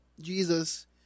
Jesus